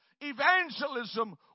evangelism